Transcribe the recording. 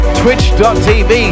twitch.tv